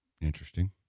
Interesting